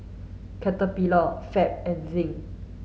Caterpillar Fab and Zinc